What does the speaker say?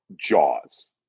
jaws